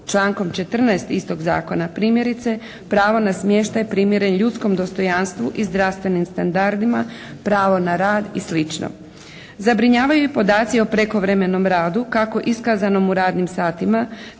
člankom 14. istog Zakona. Primjerice pravo na smještaj primjeren ljudskom dostojanstvu i zdravstvenim standardima, pravo na rad i slično. Zabrinjavaju i podaci o prekovremenom radu kako iskazanom u radnim satima